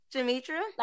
Demetra